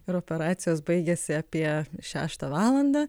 ir operacijos baigiasi apie šeštą valandą